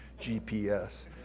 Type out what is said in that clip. GPS